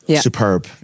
superb